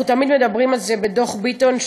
אנחנו תמיד מדברים על זה בדוח ביטון,